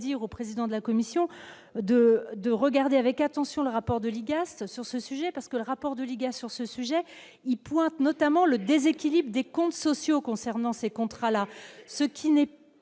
au président de la commission de de regarder avec attention le rapport de l'IGAS sur ce sujet parce que le rapport de l'IGAS sur ce sujet, il pointe notamment le déséquilibre des comptes sociaux concernant ces contrats-là, ce qui n'est pas